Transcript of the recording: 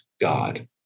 God